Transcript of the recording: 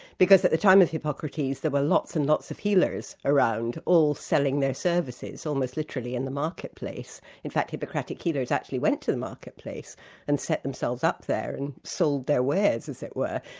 because at the time of hippocrates there were lots and lots of healers around, all selling their services, almost literally, in the marketplace. in fact hippocratic healers actually went to the marketplace and set themselves up there and sold their wares, as it were.